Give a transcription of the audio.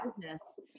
business